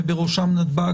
ובראשם נתב"ג,